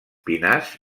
pinars